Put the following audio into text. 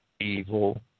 evil